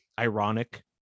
ironic